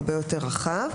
וזה הרבה יותר רחב.